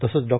तसंच डॉ